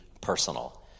personal